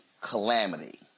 calamity